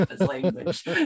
language